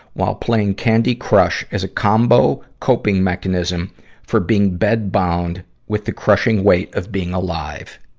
while playing candy crush as a combo coping mechanism for being bed-bound with the crushing weight of being alive.